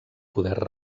poder